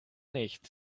nicht